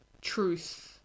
truth